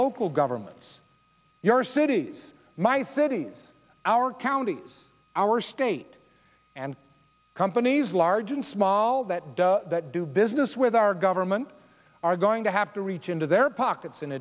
local governments your cities my cities our counties our state and companies large and small that does that do business with our government are going to have to reach into their pockets in